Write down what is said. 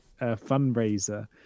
fundraiser